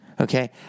Okay